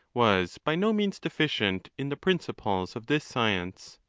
was by no means deficient in the principles of this science.